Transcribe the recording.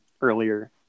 earlier